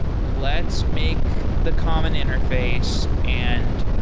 let's make the common interface and